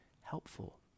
helpful